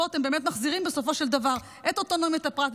פה אתם באמת מחזירים בסופו של דבר את אוטונומיית הפרט,